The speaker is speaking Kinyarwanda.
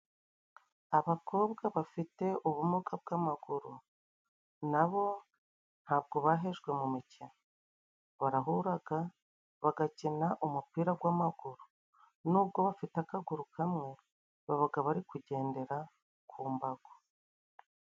Abakobwa bafite ubumuga bw'amaguru nabo ntabwo bahejwe mu mikino, barahuraga bagakina umupira gw'amaguru, nubwo bafite akaguru kamwe babaga bari kugendera ku mbago.